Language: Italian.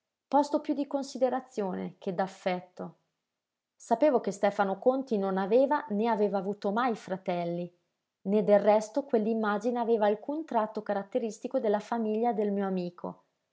posto piú di considerazione che d'affetto sapevo che stefano conti non aveva né aveva avuto mai fratelli né del resto quell'immagine aveva alcun tratto caratteristico della famiglia del mio amico